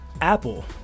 Apple